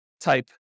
type